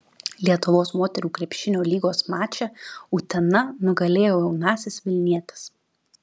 lietuvos moterų krepšinio lygos mače utena nugalėjo jaunąsias vilnietes